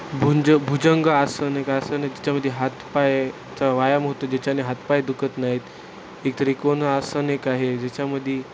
भुंज भुजंग आसन एक आसन आहे ज्याच्यामध्ये हातपायचा व्यायाम होतो ज्याच्याने हातपाय दुखत नाहीत एक त्रिकोण आसन एक आहे ज्याच्यामध्ये